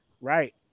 right